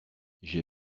j’ai